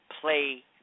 play